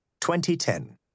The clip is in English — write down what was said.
2010